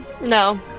No